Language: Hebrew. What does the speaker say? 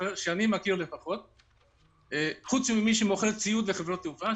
אחר שאני מכיר לפחות חוץ ממי שמוכר ציוד לחברות תעופה,